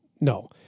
No